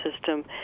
system